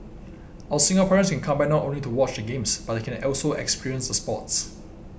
our Singaporeans can come by not only to watch the Games but they can also experience the sports